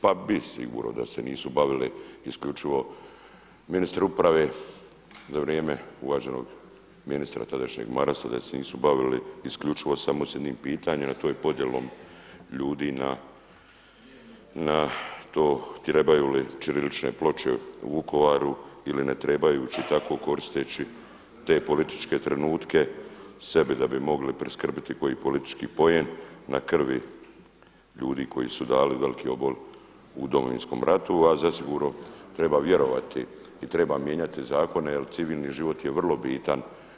Pa bi sigurno da se nisu bavili isključivo ministar uprave za vrijeme uvaženog ministra tadašnjeg Marasa, da se nisu bavili isključivo samo sa jednim pitanjem a to je podjelom ljudi na to trebaju li ćirilične ploče u Vukovaru ili ne trebaju i tako koristeći te političke trenutke sebi da bi mogli priskrbiti koji politički poen na krvi ljudi koji su dali veliki obol u Domovinskom ratu, a zasigurno treba vjerovati i treba mijenjati zakone jer civilni život je vrlo bitan.